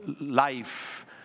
life